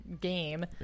game